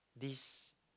this